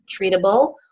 treatable